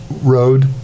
road